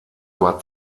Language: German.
war